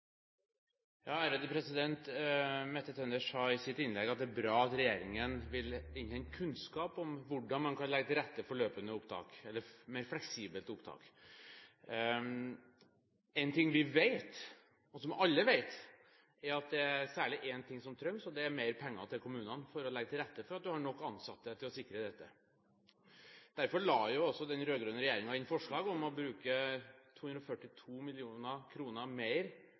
Mette Tønder sa i sitt innlegg at det er bra at regjeringen vil innhente kunnskap om hvordan man kan legge til rette for et mer fleksibelt opptak. Som alle vet er det særlig én ting som trengs, og det er mer penger til kommunene for å legge til rette for at en har nok ansatte til å sikre dette. Derfor la den rød-grønne regjeringen inn forslag om å bruke 242 mill. kr mer